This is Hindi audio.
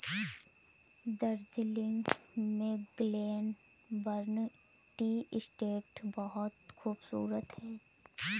दार्जिलिंग में ग्लेनबर्न टी एस्टेट बहुत खूबसूरत है